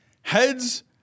heads